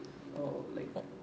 oh like